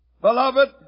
beloved